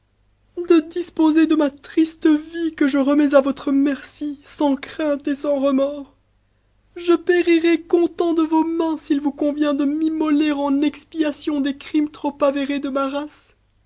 de disposer de ma triste vie que je remets à votre merci sans crainte et sans remords je périrai content de vos mains s'il vous convient de m'immoler en expiation des crimes trop avérés de ma race